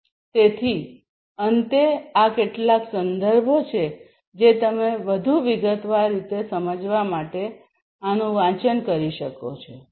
તેથી અંતે આ આ કેટલાક સંદર્ભો છે જે તમે વધુ વિગતવાર રીતે સમજવા માટે આનું વાંચન કરી શકો છો